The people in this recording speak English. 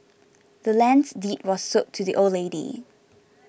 the land's deed was sold to the old lady